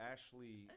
Ashley